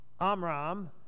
Amram